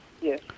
Yes